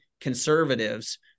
conservatives